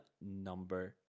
number